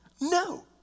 No